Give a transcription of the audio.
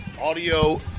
audio